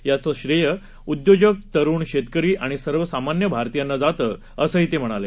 याचं श्रेय उद्योजक तरुण शेतकरी आणि सर्वसामान्य भारतीयांना जातं असं ते म्हणाले